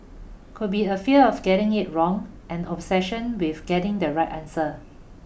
could be a fear of getting it wrong an obsession with getting the right answer